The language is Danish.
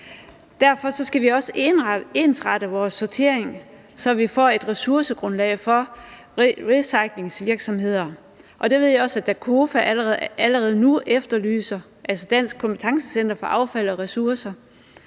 Derfor skal vi også ensrette vores sortering, så vi får et ressourcegrundlag for recyclingsvirksomheder. Det ved jeg også at DAKOFA – altså Dansk Kompetencecenter for Affald og Ressourcer